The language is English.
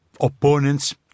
opponents